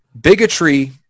Bigotry